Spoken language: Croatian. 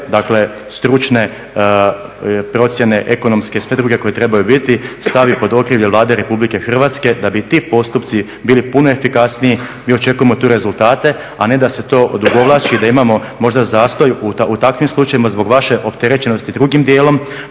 sve stručne procjene, ekonomske i sve druge koje trebaju biti stavi pod okrilje Vlade Republike Hrvatske. Da bi ti postupci bili puno efikasniji mi očekujemo tu rezultate, a ne da se to odugovlači i da imamo možda zastoj u takvim slučajevima zbog vaše opterećenosti drugim dijelom,